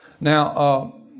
Now